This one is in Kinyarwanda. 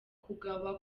kugawa